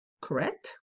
Correct